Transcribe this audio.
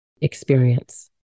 experience